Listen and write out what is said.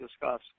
discuss